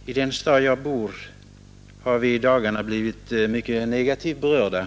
Herr talman! I den stad jag bor har vi i dagarna blivit mycket negativt berörda